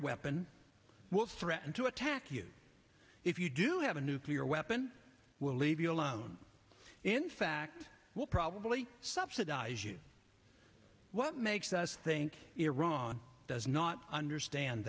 weapon was threatened to attack you if you do have a nuclear weapon we'll leave you alone in fact we'll probably subsidize you what makes us think iran does not understand